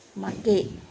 market